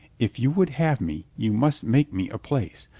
if you would have me, you must make me a place.